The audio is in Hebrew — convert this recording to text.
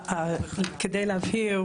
כדי להבהיר,